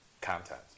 content